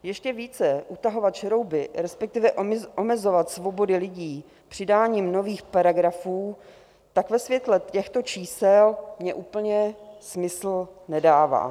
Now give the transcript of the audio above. Ještě více utahovat šrouby, respektive omezovat svobody lidí přidáním nových paragrafů, tak ve světle těchto čísel mně úplně smysl nedává.